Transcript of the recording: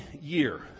year